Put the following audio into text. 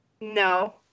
No